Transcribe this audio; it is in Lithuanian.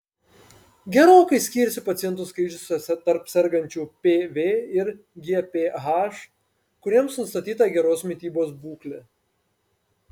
gerokai skyrėsi pacientų skaičius tarp sergančių pv ir gph kuriems nustatyta geros mitybos būklė